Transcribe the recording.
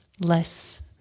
less